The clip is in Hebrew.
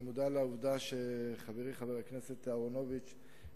אני מודע לעובדה שחברי חבר הכנסת אהרונוביץ,